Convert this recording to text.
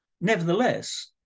Nevertheless